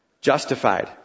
Justified